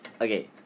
Okay